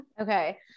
okay